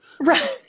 Right